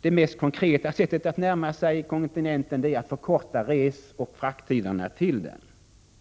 Det mest konkreta sättet att närma sig kontinenten är att förkorta resoch frakttiderna till den.